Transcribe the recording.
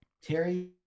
Terry